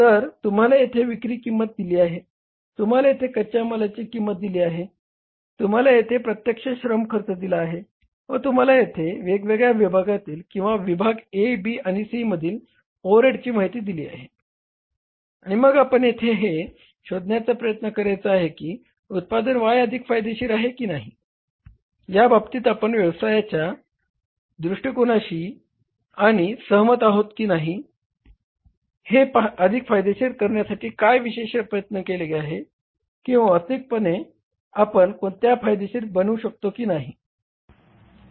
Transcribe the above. तर तुम्हाला येथे विक्री किंमत दिली आहे तुम्हाला येथे कच्या मालाची किंमत दिली आहे तुम्हाला येथे प्रत्यक्ष श्रम खर्च दिला आहे व तुम्हाला येथे वेगवेगळ्या विभागातील किंवा विभाग A B आणि C मधील ओव्हरहेडची माहिती दिली आहे आणि मग आपण येथे हे शोधण्याचा प्रयत्न करायचा आहे की उत्पादन Y अधिक फायदेशीर आहे की नाही या बाबतीत आपण व्यवस्थापनाच्या दृष्टिकोनाशी आपण सहमत आहेत की नाही आणि हे अधिक फायदेशीर करण्यासाठी काय विशेष प्रयत्न केले पाहिजेत किंवा वास्तविकतेत आपण त्यास फायदेशीर बनवू शकतो की नाही